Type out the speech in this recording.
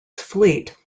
fleet